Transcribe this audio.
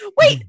wait